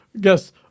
Guess